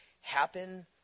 happen